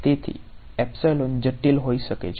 તેથી જટિલ હોઈ શકે છે